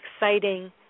exciting